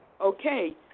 Okay